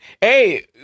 Hey